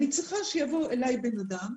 אני צריכה שיבוא אליי בן אדם,